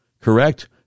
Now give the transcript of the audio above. correct